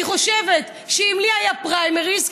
אני חושבת שאם לי היו פריימריז,